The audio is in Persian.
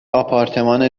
آپارتمان